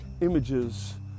Images